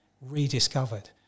rediscovered